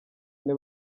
ine